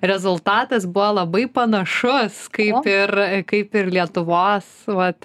rezultatas buvo labai panašus kaip ir kaip ir lietuvos vat